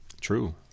True